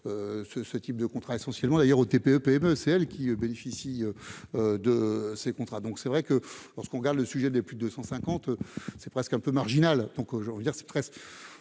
ce type de contrat, essentiellement d'ailleurs aux TPE-PME, celles qui bénéficient de ces contrats, donc c'est vrai que. Lorsqu'on regarde le sujet des plus de 150 c'est presque un peu marginal